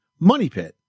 MONEYPIT